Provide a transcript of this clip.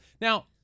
Now